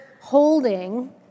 holding